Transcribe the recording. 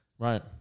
right